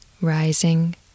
rising